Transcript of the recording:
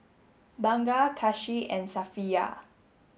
Bunga Kasih and Safiya